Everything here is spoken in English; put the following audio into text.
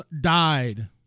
died